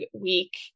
week